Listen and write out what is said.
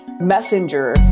messenger